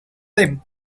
them